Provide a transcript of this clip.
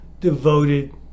devoted